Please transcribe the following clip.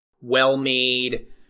well-made